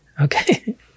okay